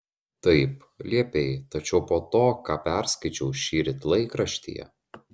taip liepei tačiau po to ką perskaičiau šįryt laikraštyje